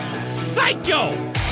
Psycho